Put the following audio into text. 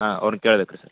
ಹಾಂ ಅವ್ರ್ನ ಕೇಳ್ಬೇಕು ರೀ ಸರ್